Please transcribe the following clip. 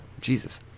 Jesus